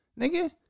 nigga